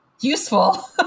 Useful